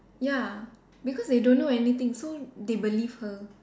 ya because they don't know anything so they believe her